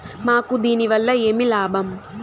మాకు దీనివల్ల ఏమి లాభం